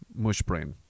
Mushbrain